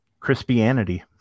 Crispianity